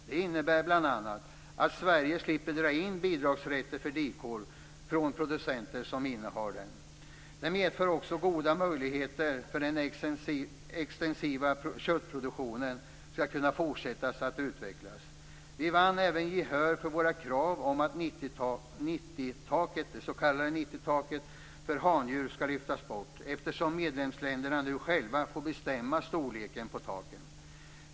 Det innebär bl.a. att Sverige slipper dra in bidragsrätter för dikor från producenter som innehar dem. Det medför också goda möjligheter för att den extensiva köttproduktionen skall kunna fortsätta att utvecklas. Vi vann även gehör för vårt krav om att det s.k. 90-taket för handjur skall lyftas bort, eftersom medlemsländerna nu själva får bestämma storleken på "taket".